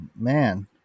man